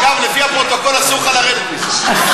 אגב, לפי הפרוטוקול אסור לך לרדת מזה.